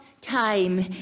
time